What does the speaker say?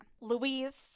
Louise